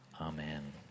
Amen